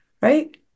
right